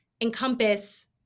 encompass